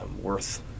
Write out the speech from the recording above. worth